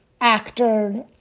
actor